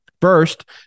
First